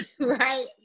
Right